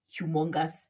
humongous